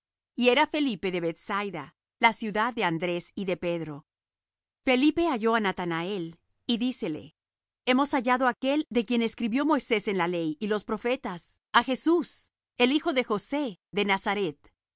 y era felipe de bethsaida la ciudad de andrés y de pedro felipe halló á natanael y dícele hemos hallado á aquel de quien escribió moisés en la ley y los profetas á jesús el hijo de josé de nazaret y